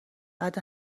بعد